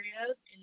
areas